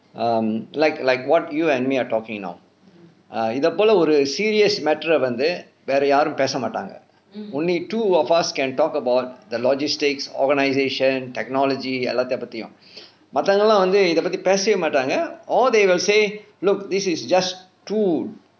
um like like what you and me are talking now err இதை போல ஒரு:ithai pola oru serious matter வந்து வேற யாரும் பேச மாட்டாங்க:vanthu vera yaarum pesa maattaanga only two of us can talk about the logistics organisation technology எல்லாத்தை பற்றியும் மத்தவங்க எல்லாம் வந்து இதை பற்றி பேசவே மாட்டாங்க:ellaathai pathiyum mathaavanga ellaam vanthu ithai patri pesave maataanga or they will say look this is just too